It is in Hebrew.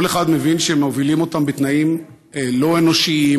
כל אחד מבין שמובילים אותם בתנאים לא אנושיים,